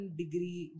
degree